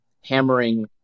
hammering